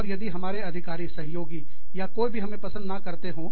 और यदि हमारे अधिकारी सहयोगी या कोई भी हमें पसंद ना करते हो